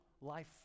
life